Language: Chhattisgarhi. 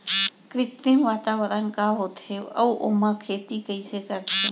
कृत्रिम वातावरण का होथे, अऊ ओमा खेती कइसे करथे?